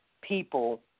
people